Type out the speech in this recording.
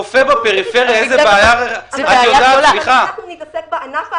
רופא בפריפריה איזו בעיה --- אם אנחנו נתעסק בענף האחרון,